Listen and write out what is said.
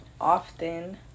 often